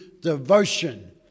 devotion